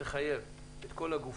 שתחייב את כל הגופים,